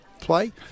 play